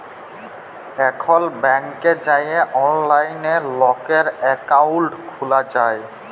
এখল ব্যাংকে যাঁয়ে অললাইলে লকের একাউল্ট খ্যুলা যায়